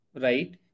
right